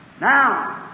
Now